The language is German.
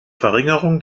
verringerung